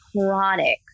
chronic